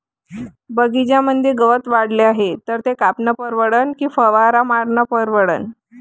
बगीच्यामंदी गवत वाढले हाये तर ते कापनं परवडन की फवारा मारनं परवडन?